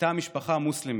הייתה משפחה מוסלמית,